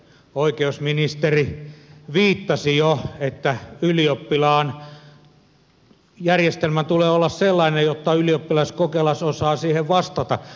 oikeusministeri viittasi jo että järjestelmän tulee olla sellainen että ylioppilaskokelas osaa siihen vastata